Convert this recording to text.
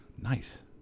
Nice